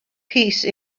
peace